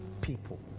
people